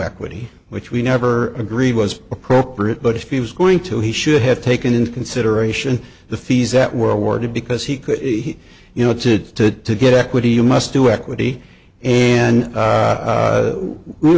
equity which we never agreed was appropriate but if he was going to he should have taken in consideration the fees that were awarded because he could you know to get equity you must do equity and we we